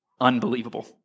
unbelievable